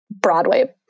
Broadway